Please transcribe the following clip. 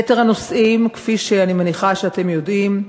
יתר הנושאים, כפי שאני מניחה שאתם יודעים,